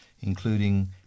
including